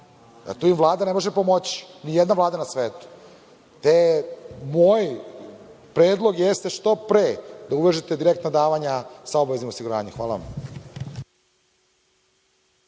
Tu im Vlada ne može pomoći, ni jedna vlada na svetu. Moj predlog jeste da što pre uvažite direktna davanja sa obaveznim osiguranjem. Hvala vam.